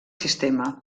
sistema